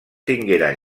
tingueren